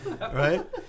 Right